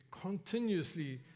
continuously